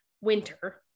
winter